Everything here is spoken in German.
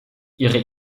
ihre